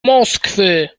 moskwy